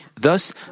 Thus